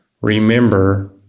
remember